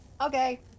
Okay